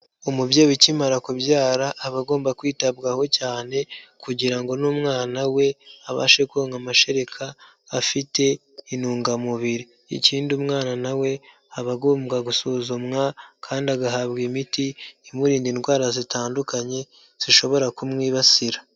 Umubyeyi ukimara kubyara aba agomba kwitabwaho cyane kugira ngo n'umwana we abashe konka amashereka afite intungamubiri, ikindi umwana na we aba agombwa gusuzumwa kandi agahabwa imiti imurinda indwara zitandukanye zishobora kumwibasira.